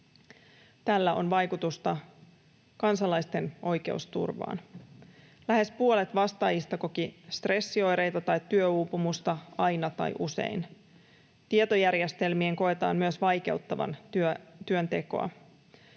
Tällä on vaikutusta kansalaisten oikeusturvaan. Lähes puolet vastaajista koki stressioireita tai työuupumusta aina tai usein. Myös tietojärjestelmien koetaan vaikeuttavan työntekoa.